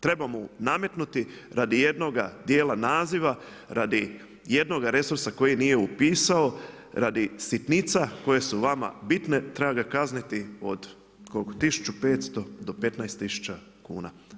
Treba mu nametnuti radi jednoga dijela naziva, radi jednoga resursa koji nije upisao, radi sitnica koje su vama bitne, treba ga kazniti od koliko 1500 do 15000 kn.